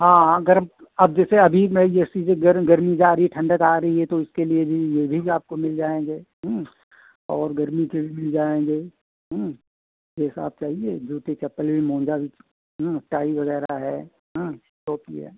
हाँ हाँ गर्म अब जैसे अभी में ये गर गर्मी जा रहइ है ठंडकआ रही है तो इसके लिए भी यह भी जो आपको मिल जाएँगे और गर्मी के भी मिल जाएँगे जैसा आप चाहिए जूते चप्पल भी मोज़ा भी हाँ टाई वग़ैरह है हाँ टोपी है